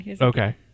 Okay